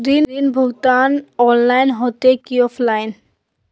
ऋण भुगतान ऑनलाइन होते की ऑफलाइन?